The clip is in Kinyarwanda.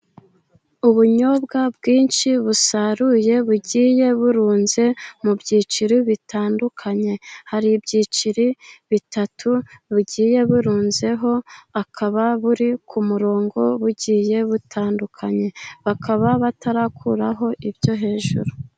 Ubunyobwa bwinshi busaruye bugiye burunze mu byiciro bitandukanye, hari ibyicero bitatu bugiye burunzeho akaba buri ku murongo bugiye butandukanye, bakaba batarakuraho ibyo hejuru.